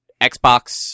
Xbox